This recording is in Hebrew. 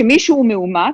שמישהו מאומת,